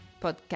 podcast